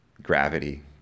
gravity